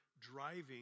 driving